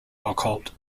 occult